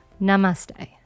Namaste